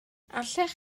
allech